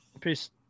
Peace